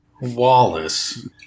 Wallace